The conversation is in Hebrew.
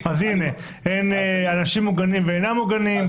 אז אין אנשים מוגנים ואינם מוגנים,